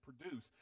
produce